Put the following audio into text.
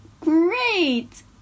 great